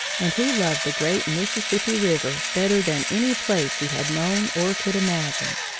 and he loved the great mississippi river better than any place he had known or could imagine.